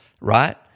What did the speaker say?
right